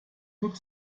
glück